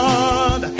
God